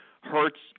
Hurts